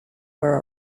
were